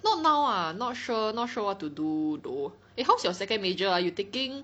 not now ah not sure not sure what to do though it helps your second major ah you taking